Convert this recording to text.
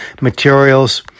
materials